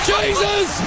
Jesus